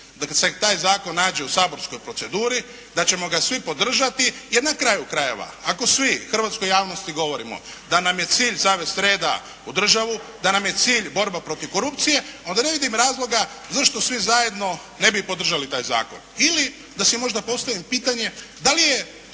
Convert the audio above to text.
kada se taj zakon nađe u saborskoj proceduri da ćemo ga svi podržati. Jer na kraju zakona, ako svi hrvatskoj javnosti govorimo da nam je cilj zavesti reda u državu, da nam je cilj borba protiv korupcije, onda ne vidim razloga zašto svi zajedno ne bi podržali taj zakon. Ili da si možda postavim pitanje da li je,